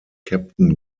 captain